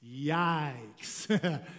Yikes